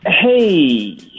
Hey